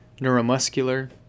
neuromuscular